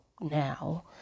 now